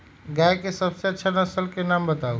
गाय के सबसे अच्छा नसल के नाम बताऊ?